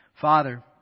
Father